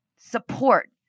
support